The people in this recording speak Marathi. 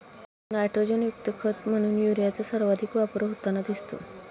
नायट्रोजनयुक्त खत म्हणून युरियाचा सर्वाधिक वापर होताना दिसतो